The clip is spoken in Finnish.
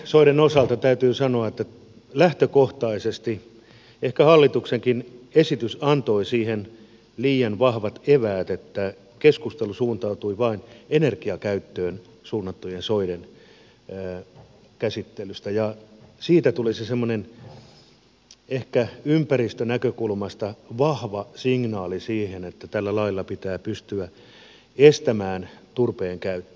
turvesoiden osalta täytyy sanoa että lähtökohtaisesti ehkä hallituksenkin esitys antoi liian vahvat eväät siihen että keskustelu suuntautui vain energiakäyttöön suunnattujen soiden käsittelyyn ja siitä tuli se semmoinen ehkä ympäristönäkökulmasta vahva signaali siihen että tällä lailla pitää pystyä estämään turpeen käyttö